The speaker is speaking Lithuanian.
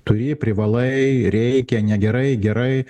turi privalai reikia ne gerai gerai